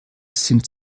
sind